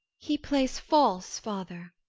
he plays false, father.